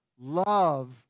love